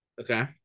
Okay